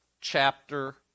chapter